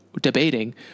debating